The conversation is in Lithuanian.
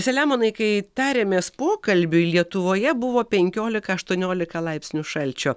selemonai kai tarėmės pokalbiui lietuvoje buvo penkiolika aštuoniolika laipsnių šalčio